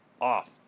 off